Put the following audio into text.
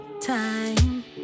time